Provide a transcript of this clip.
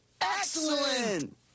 Excellent